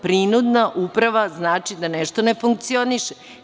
Prinudna uprava znači da nešto ne funkcioniše.